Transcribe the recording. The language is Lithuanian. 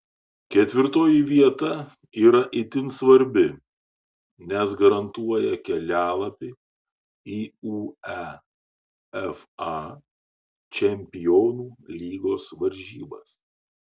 ketvirtoji vieta yra itin svarbi nes garantuoja kelialapį į uefa čempionų lygos varžybas